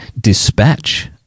dispatch